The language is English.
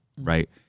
right